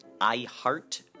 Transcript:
iHeart